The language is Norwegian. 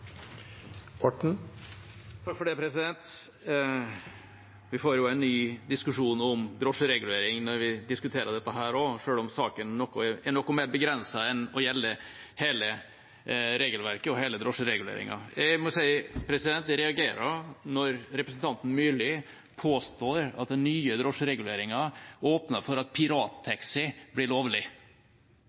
noe mer begrenset enn å gjelde hele regelverket og hele drosjereguleringen. Jeg må si jeg reagerer når representanten Myrli påstår at den nye drosjereguleringen åpner for at pirattaxi blir lovlig.